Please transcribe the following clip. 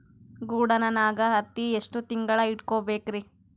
ಗೊಡಾನ ನಾಗ್ ಹತ್ತಿ ಎಷ್ಟು ತಿಂಗಳ ಇಟ್ಕೊ ಬಹುದು?